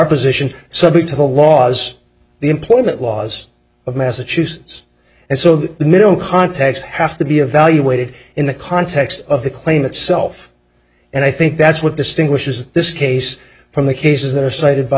position subject to the laws the employment laws of massachusetts and so that the middle contacts have to be evaluated in the context of the claim itself and i think that's what distinguishes this case from the cases that are cited by